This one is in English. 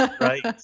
Right